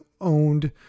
owned